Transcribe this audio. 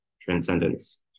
transcendence